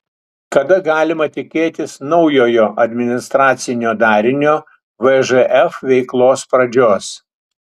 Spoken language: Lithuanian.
kada galima tikėtis naujojo administracinio darinio vžf veiklos pradžios